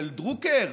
של דרוקר?